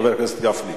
חבר הכנסת גפני.